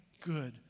good